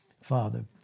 Father